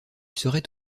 serait